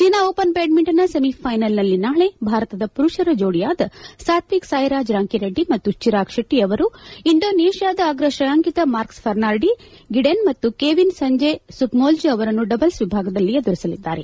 China open ಬ್ಯಾಡ್ಮಿಂಟನ್ನ ಸೆಮಿಫೈನಲ್ನಲ್ಲಿ ನಾಳೆ ಭಾರತದ ಪುರುಷರ ಜೋಡಿಯಾದ ಸಾತ್ವಿಕ್ ಸಾಯಿರಾಜ್ ರಾಂಕಿರೆಡ್ಡಿ ಮತ್ತು ಚಿರಾಗ್ ಶೆಟ್ಟಿ ಅವರು ಇಂಡೋನೇಷಿಯಾದ ಅಗ್ರ ತ್ರೇಯಾಂಕಿತ ಮಾರ್ಕಸ್ ಫರ್ನಾಡಿ ಗಿಡೆನ್ ಮತ್ತು ಕೆವಿನ್ ಸಂಜಯ ಸುಕಮುಲ್ಲೊ ಅವರನ್ನು ಡಬಲ್ಸ್ ವಿಭಾಗದಲ್ಲಿ ಎದುರಿಸಲಿದ್ದಾರೆ